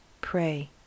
pray